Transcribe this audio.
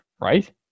Right